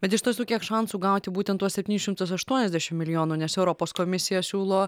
bet iš tiesų kiek šansų gauti būtent tuos septynis šimtus aštuoniasdešim milijonų nes europos komisija siūlo